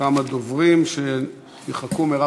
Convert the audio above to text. שכמה דוברים נמחקו.